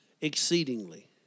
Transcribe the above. exceedingly